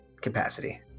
capacity